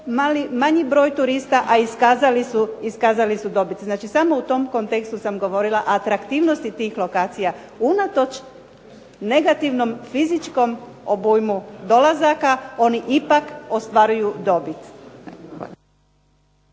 manji broj turista, a iskazali su dobit. Znači samo u tom kontekstu sam govorila, atraktivnosti tih lokacija, unatoč negativnom fizičkom obujmu dolazaka, oni ipak ostvaruju dobit.